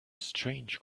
strange